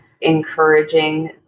encouraging